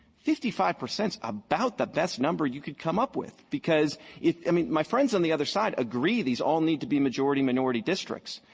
fifty five percent's about the best number you could come up with, because i mean, my friends on the other side agree these all need to be majority-minority districts.